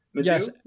Yes